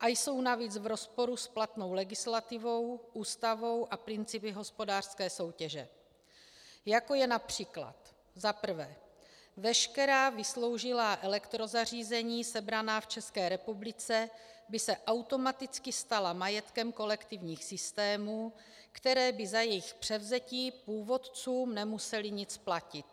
a jsou navíc v rozporu s platnou legislativou, Ústavou a principy hospodářské soutěže, jako např. za prvé, veškerá vysloužilá elektrozařízení sebraná v České republice by se automaticky stala majetkem kolektivních systémů, které by za jejich převzetí původcům nemusely nic platit.